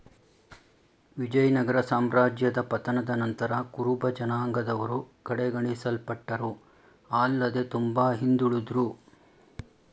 ವಿಜಯನಗರ ಸಾಮ್ರಾಜ್ಯದ ಪತನದ ನಂತರ ಕುರುಬಜನಾಂಗದವರು ಕಡೆಗಣಿಸಲ್ಪಟ್ಟರು ಆಲ್ಲದೆ ತುಂಬಾ ಹಿಂದುಳುದ್ರು